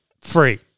free